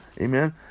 Amen